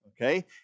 okay